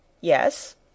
Yes